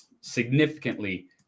significantly